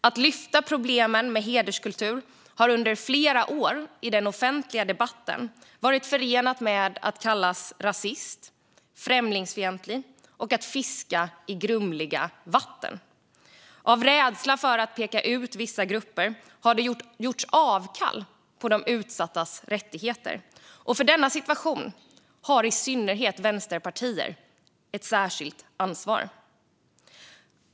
Att lyfta fram problemen med hederskultur har under flera år i den offentliga debatten varit förenat med att man kallas rasist och främlingsfientlig och anklagas för att fiska i grumliga vatten. Av rädsla för att peka ut vissa grupper har det gjorts avkall på de utsattas rättigheter. För denna situation har i synnerhet vänsterpartier ett särskilt ansvar.